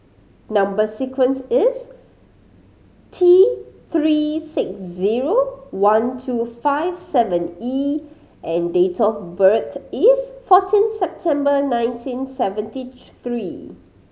number sequence is T Three six zero one two five seven E and date of birth is fourteen September nineteen seventy three